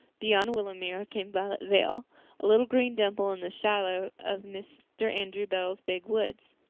beyond willowmere came violet vale a little green dimple in the shadow of mr. andrew bell's big woods.